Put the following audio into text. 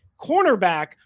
Cornerback